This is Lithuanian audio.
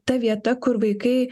ta vieta kur vaikai